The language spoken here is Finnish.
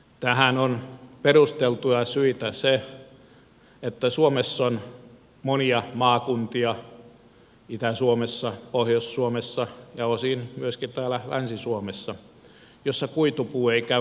tähän on perusteltuja syitä se että suomessa on monia maakuntia itä suomi pohjois suomi ja osin myöskin länsi suomi joissa kuitupuu ei käy kaupaksi